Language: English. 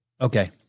Okay